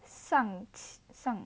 上上